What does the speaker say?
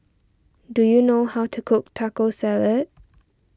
do you know how to cook Taco Salad